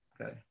Okay